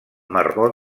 marró